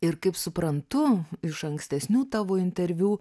ir kaip suprantu iš ankstesnių tavo interviu